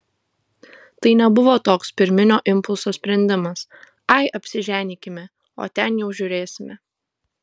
tai nebuvo toks pirminio impulso sprendimas ai apsiženykime o ten jau žiūrėsime